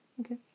okay